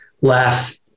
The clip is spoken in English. laugh